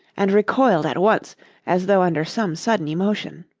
and recoiled at once as though under some sudden emotion.